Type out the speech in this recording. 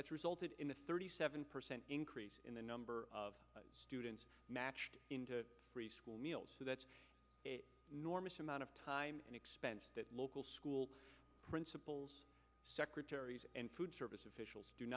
that's resulted in a thirty seven percent increase in the number of students matched him to free school meals so that's a normal amount of time and expense that local school principals secretaries and food service officials do